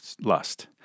lust